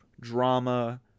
drama